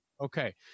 Okay